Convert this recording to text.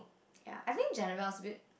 ya I think Janabelle's a bit